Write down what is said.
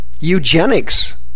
Eugenics